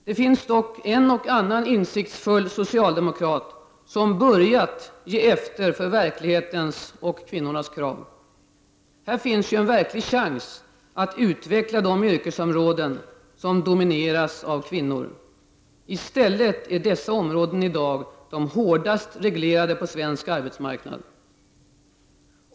Det finns dock en och annan insiktsfull socialdemokrat som börjat ge efter för verklighetens och kvinnornas krav. Här finns ju en verklig chans att utveckla de yrkesområden som domineras av kvinnor. I stället är dessa områden i dag de hårdast reglerade på svensk arbetsmarknad.